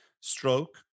stroke